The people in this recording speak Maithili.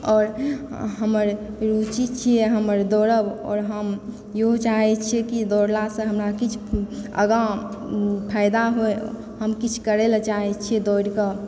आओर हमर रुचि छियै हमर दौड़ब आओर हम इएह चाहे छियै कि दौड़ला सऽ हमरा किछु आगाँ फायदा हुए हम किछु करय लए चाहै छियै दौड़ि कऽ